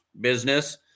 business